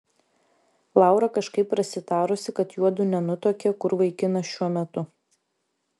laura kažkaip prasitarusi kad juodu nenutuokią kur vaikinas šiuo metu